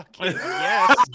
yes